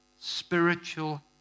spiritual